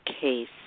case